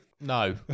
No